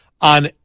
on